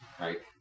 right